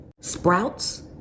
Sprouts